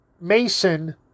Mason